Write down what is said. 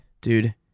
dude